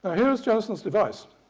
ah here is jenison's device